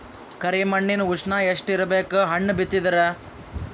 ಕರಿ ಮಣ್ಣಿನ ಉಷ್ಣ ಎಷ್ಟ ಇರಬೇಕು ಹಣ್ಣು ಬಿತ್ತಿದರ?